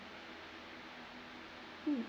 mm